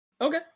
Okay